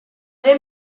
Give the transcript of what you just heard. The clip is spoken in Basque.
ere